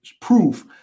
proof